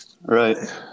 Right